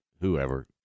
whoever